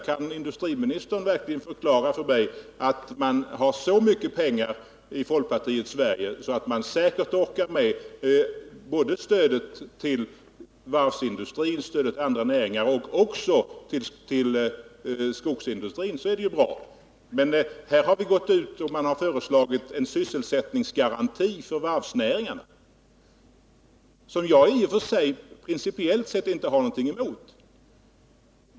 Kan industriministern garantera att man har så mycket pengar i folkpartiets Sverige att man säkert orkar med både stödet till varvsindustrin och andra näringar och ett stöd till skogsindustrin är allt bra. För varvsnäringen har föreslagits en sysselsättningsgaranti, som jag i och för sig inte har något emot.